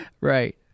Right